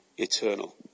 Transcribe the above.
Eternal